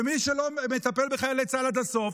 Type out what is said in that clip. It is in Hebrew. ומי שלא מטפל בחיילי צה"ל עד הסוף,